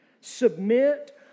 submit